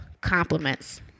compliments